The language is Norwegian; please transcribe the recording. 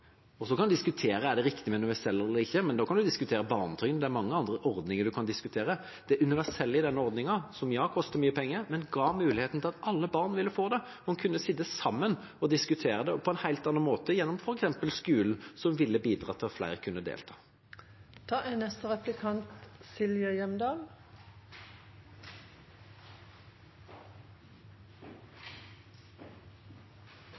Så kan man diskutere om det er riktig at den er universell eller ikke, men da kan man diskutere barnetrygd. Det er mange andre ordninger man kan diskutere. Det universelle i denne ordningen, som ja, kostet mye penger, ga imidlertid muligheten til at alle barn ville få det. Man kunne sitte sammen og diskutere det på en helt annen måte, f.eks. på skolen, og det ville bidratt til at flere kunne delta. Det er